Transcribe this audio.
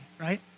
right